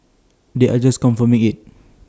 they are just confirming IT